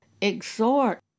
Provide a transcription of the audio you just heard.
exhort